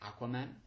Aquaman